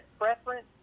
preference